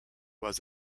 was